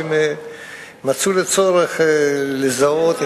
והם מצאו צורך לזהות,